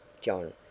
John